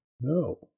No